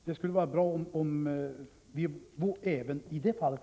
Det skulle vara bra om vi vore ense även i det fallet.